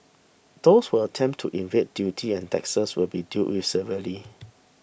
those who attempt to evade duty and taxes will be dealt with severely